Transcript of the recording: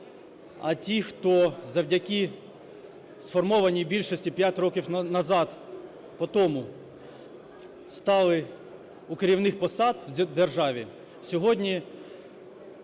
а ті, хто завдяки сформованій більшості 5 років назад, потому стали у керівних посад в державі, сьогодні